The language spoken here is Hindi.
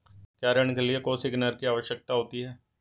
क्या ऋण के लिए कोसिग्नर की आवश्यकता होती है?